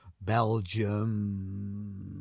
Belgium